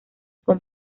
con